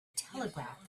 telegraph